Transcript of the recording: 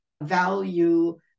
value